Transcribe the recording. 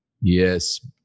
Yes